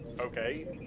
Okay